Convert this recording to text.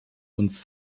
uns